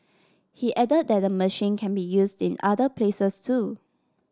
he added that the machine can be used in other places too